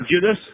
Judas